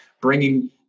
bringing